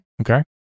Okay